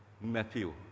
Matthew